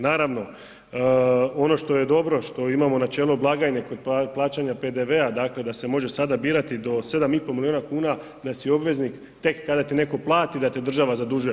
Naravno ono što je dobro, što imamo načelo blagajne kod plaćanja PDV-a dakle da se može sada birati do 7,5 milijuna kuna da si obveznik tek kada ti netko plati da te država zadužuje.